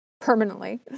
permanently